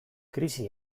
krisi